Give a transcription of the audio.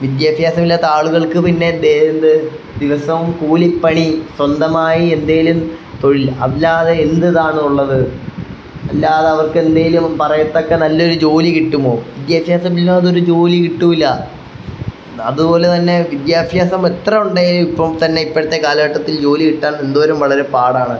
വിദ്യാഭ്യാസം ഇല്ലാത്ത ആളുകൾക്ക് പിന്നെ ദേ എന്ത് ദിവസവും കൂലിപ്പണി സ്വന്തമായി എന്തേലും തൊഴിൽ അല്ലാതെ എന്ത് ഇതാണുള്ളത് അല്ലാതെ അവർക്കെന്തേലും പറയത്തക്ക നല്ലൊര് ജോലി കിട്ടുമോ വിദ്യാഭ്യാസമില്ലാതൊരു ജോലി കിട്ടൂല അതുപോലെ തന്നെ വിദ്യാഭ്യാസം എത്ര ഉണ്ടേലും ഇപ്പം തന്നെ ഇപ്പഴത്തെ കാലഘട്ടത്തിൽ ജോലി കിട്ടാൻ എന്തോരം വളരെ പാടാണ്